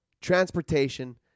transportation